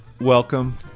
welcome